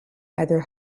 either